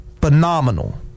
phenomenal